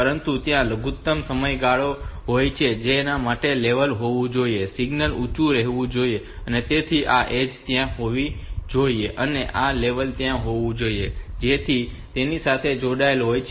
પછી ત્યાં લઘુત્તમ સમયગાળો હોય છે કે જેના માટે આ લેવલ હોવું જોઈએ તે સિગ્નલ ઊંચું રહેવું જોઈએ તેથી આ ઍજ ત્યાં હોવી જોઈએ અને આ લેવલ ત્યાં હોવું જોઈએ જેથી તે તેની સાથે જોડાયેલ હોય છે